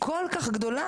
כל כך גדולה?